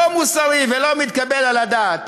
לא מוסרי ולא מתקבל על הדעת.